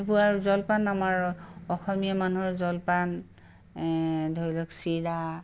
পুৱাৰ জলপান আমাৰ অসমীয়া মানুহৰ জলপান ধৰি লওক চিৰা